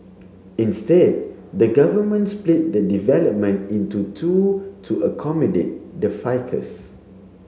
instead the government split the development in to two to accommodate the ficus